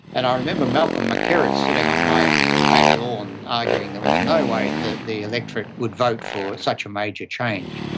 and i remember malcolm mackerras sitting on my back lawn arguing that there was no way that the electorate would vote for such a major change.